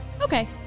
Okay